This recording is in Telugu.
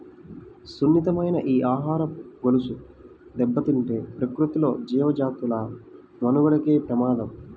సున్నితమైన ఈ ఆహారపు గొలుసు దెబ్బతింటే ప్రకృతిలో జీవజాతుల మనుగడకే ప్రమాదం